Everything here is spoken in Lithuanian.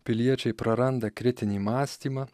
piliečiai praranda kritinį mąstymą